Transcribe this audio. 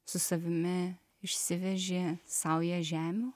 su savimi išsivežė saują žemių